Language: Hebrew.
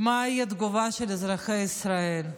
מה תהיה התגובה של אזרחי ישראל.